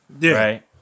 right